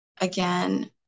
again